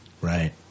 Right